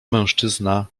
mężczyzna